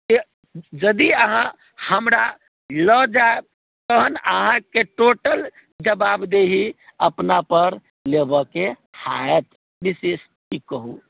यदि अहाँ हमरा लऽ जाएब तखन अहाँकेँ टोटल जवाबदेही अपना पर लेबऽके हाएत विशेष की कहु